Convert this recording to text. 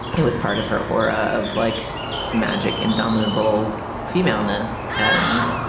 it was part of her or of like magic, indomitable femaleness and